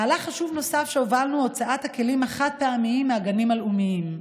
מהלך חשוב נוסף שהובלנו הוא הוצאת הכלים החד-פעמיים מהגנים הלאומיים.